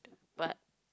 but